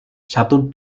satu